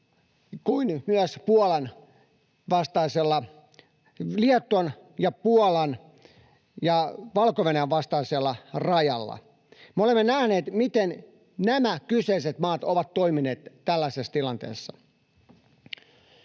kuin myös Puolan Valko-Venäjän vastaisella rajalla. Me olemme nähneet, miten nämä kyseiset maat ovat toimineet tällaisessa tilanteessa.